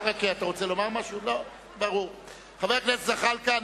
חבר הכנסת זחאלקה,